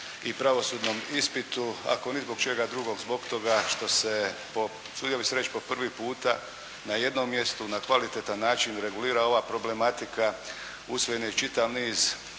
i pravosudnom ispitu, ako ni zbog čega drugog, zbog toga što se usudio bih se reći po prvi puta na jednom mjestu na kvalitetan način regulira ova problematika, usvojen je čitav niz